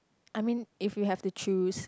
I mean if we have to choose